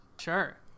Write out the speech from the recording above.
Sure